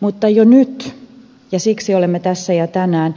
mutta jo nyt ja siksi olemme tässä tänään